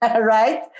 right